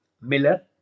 Miller